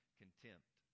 contempt